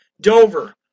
dover